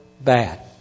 bad